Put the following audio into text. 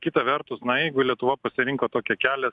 kita vertus na jeigu lietuva pasirinko tokį kelią